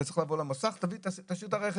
אתה צריך לבוא למוסך, תשאיר את הרכב.